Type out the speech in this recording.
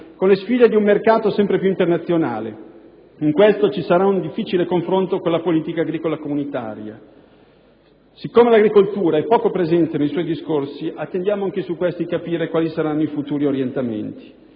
con le sfide di un mercato sempre più internazionale. In questo ci sarà un difficile confronto con la politica agricola comunitaria. Siccome l'agricoltura è poco presente nei suoi discorsi attendiamo anche su questo di capire quali saranno i futuri orientamenti.